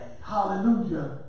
Hallelujah